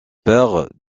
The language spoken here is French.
père